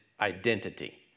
identity